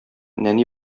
нәни